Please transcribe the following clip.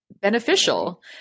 Beneficial